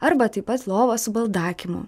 arba taip pat lovą su baldakimu